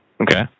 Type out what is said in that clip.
Okay